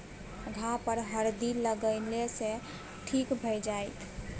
घाह पर हरदि लगेने सँ ठीक भए जाइत